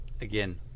again